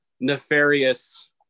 nefarious